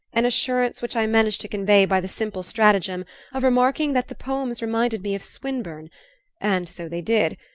an assurance which i managed to convey by the simple stratagem of remarking that the poems reminded me of swinburne and so they did,